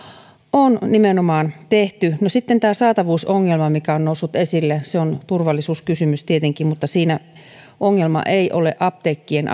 on nimenomaan tehty no sitten tämä saatavuusongelma mikä on noussut esille on turvallisuuskysymys tietenkin mutta siinä ongelma ei ole apteekkien